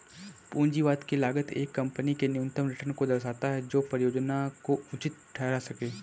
पूंजी की लागत एक कंपनी के न्यूनतम रिटर्न को दर्शाता है जो परियोजना को उचित ठहरा सकें